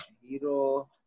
Hero